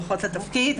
ברכות לתפקיד.